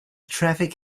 traffic